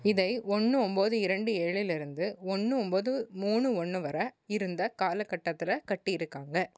இதை ஒன்று ஒம்பது இரண்டு ஏழுலிருந்து ஒன்று ஒம்பது மூணு ஒன்று வர இருந்த காலக்கட்டத்தில் கட்டியிருக்காங்க